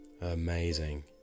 Amazing